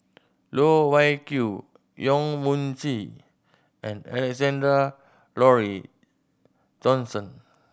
Loh Wai Kiew Yong Mun Chee and Alexander Laurie Johnston